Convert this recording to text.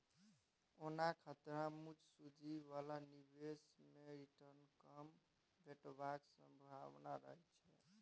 ओना खतरा मुक्त सुदि बला निबेश मे रिटर्न कम भेटबाक संभाबना रहय छै